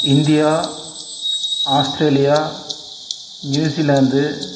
India Australia New Zealand